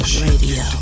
radio